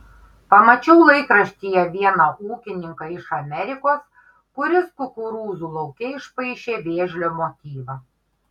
pamačiau laikraštyje vieną ūkininką iš amerikos kuris kukurūzų lauke išpaišė vėžlio motyvą